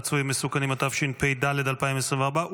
מסוכנים) התשפ"ד 2024,